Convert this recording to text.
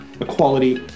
equality